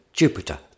Jupiter